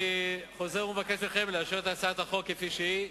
אני חוזר ומבקש מכם לאשר את הצעת החוק כפי שהיא.